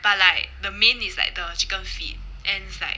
but like the main is like the chicken feet and it's like